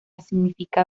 significa